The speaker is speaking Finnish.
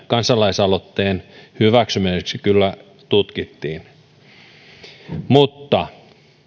kansalaisaloitteen hyväksymiseksi kyllä tutkittiin mutta